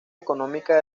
económica